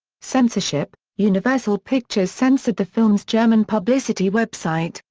censorship universal pictures censored the film's german publicity website,